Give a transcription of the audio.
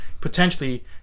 potentially